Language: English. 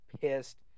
pissed